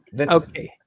Okay